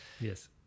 Yes